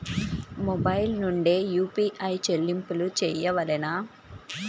Mobile నుండే UPI చెల్లింపులు చేయవలెనా?